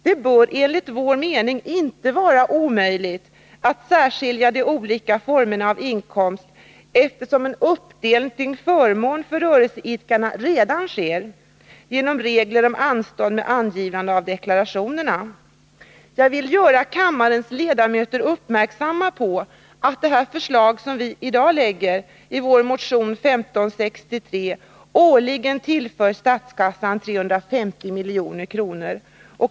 Det bör emellertid enligt vår mening inte vara omöjligt att särskilja de olika formerna av inkomster, eftersom en uppdelning till förmån för rörelseidkarna redan sker genom regler om anstånd med avgivande av deklarationerna. Jag vill göra kammarens ledamöter uppmärksamma på att de förslag som vi socialdemokrater i dag lägger fram i vår motion 1563 årligen tillför statskassan 350 milj.kr.